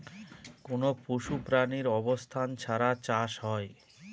কোনো পশু প্রাণীর অবস্থান ছাড়া চাষ হয়